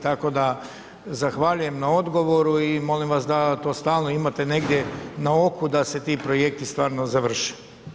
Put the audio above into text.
Tako da zahvaljujem na odgovoru i molim vas da to stalno imate negdje na oku da se ti projekti stvarno završe.